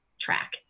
track